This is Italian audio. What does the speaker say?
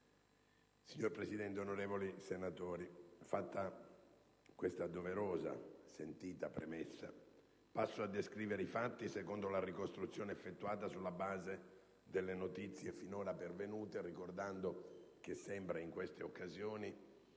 Signor Presidente, onorevoli senatori, fatta questa doverosa e sentita premessa, passo a descrivere i fatti secondo la ricostruzione effettuata sulla base delle notizie finora pervenute, ricordando che, come sempre in queste occasioni,